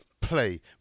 play